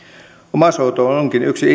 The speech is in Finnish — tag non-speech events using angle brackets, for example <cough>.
omais hoito onkin yksi <unintelligible>